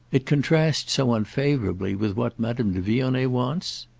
it contrasts so unfavourably with what madame de vionnet wants?